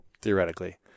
Theoretically